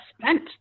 spent